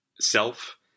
self